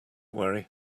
worry